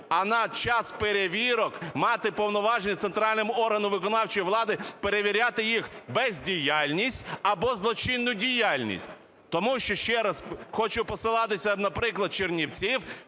а на час перевірок мати повноваження центральним органам виконавчої влади перевіряти їх бездіяльність або злочинну діяльність, тому що, ще раз хочу посилатися на приклад Чернівців,